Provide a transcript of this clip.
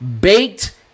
baked